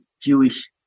Jewish